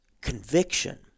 conviction